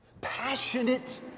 Passionate